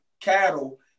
cattle